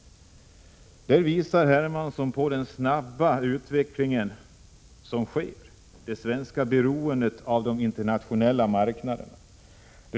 I boken visar Hermansson på den snabba utveckling som sker och på det svenska beroendet av de internationella marknaderna.